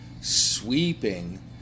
sweeping